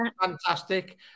Fantastic